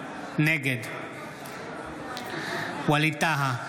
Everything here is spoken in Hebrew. נגד ווליד טאהא,